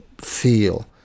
feel